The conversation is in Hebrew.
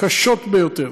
קשות ביותר.